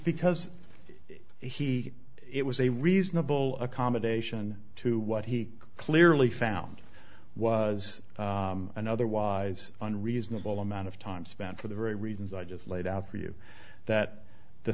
because he it was a reasonable accommodation to what he clearly found was an otherwise unreasonable amount of time spent for the very reasons i just laid out for you that the